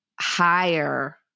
higher